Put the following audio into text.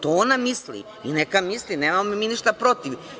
To ona misli i neka misli, nemamo mi ništa protiv.